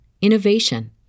innovation